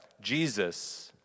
Jesus